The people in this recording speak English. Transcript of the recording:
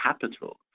capital